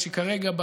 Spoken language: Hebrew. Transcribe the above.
פשוט שקר.